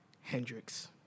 Hendrix